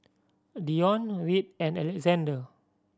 Dionne Reid and Alexander